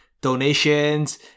donations